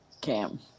Cam